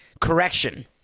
Correction